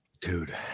dude